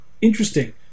interesting